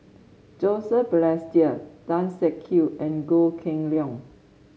Joseph Balestier Tan Siak Kew and Goh Kheng Long